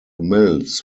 mills